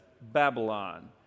Babylon